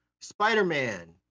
Spider-Man